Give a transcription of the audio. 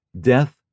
death